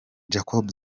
jacob